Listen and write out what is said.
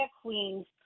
queens